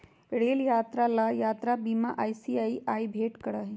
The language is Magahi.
रेल यात्रा ला यात्रा बीमा आई.सी.आई.सी.आई भेंट करा हई